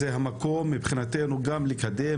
זה המקום מבחינתנו לקדם,